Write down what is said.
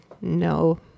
no